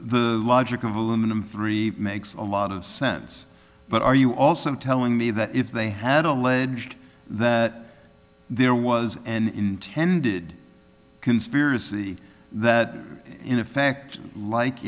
the logic of aluminum three makes a lot of sense but are you also telling me that if they had alleged that there was an intended conspiracy that in effect like